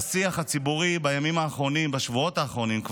בימים האחרונים, וכבר בשבועות האחרונים,